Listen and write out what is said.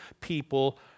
people